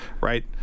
right